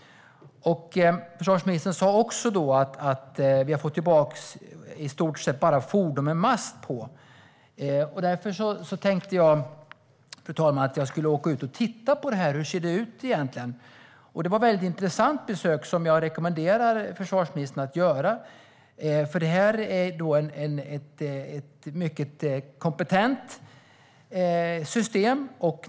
Försvarsministern sa då också att vi i stort sett bara fått tillbaka fordon med mast. Därför tänkte jag, fru talman, att jag skulle åka ut och titta på det här. Hur ser det ut egentligen? Det var ett väldigt intressant besök, som jag rekommenderar försvarsministern att göra. Det här är ett mycket kompetent system.